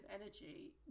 energy